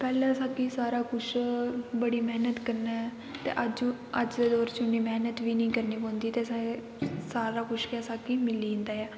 पैह्लें सारा कुछ बड़ी मैह्नत कन्नै ते अज्ज दे दौर पर इन्नी मैह्नत बी करनी पौंदी ते कन्नै सारा कुछ मिली जंदा ऐ